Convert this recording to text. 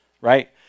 right